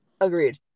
agreed